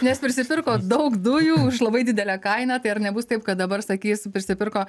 nes prisipirko daug dujų už labai didelę kainą tai ar nebus taip kad dabar sakys prisipirko